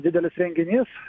didelis renginys